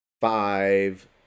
five